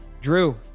Drew